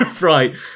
Right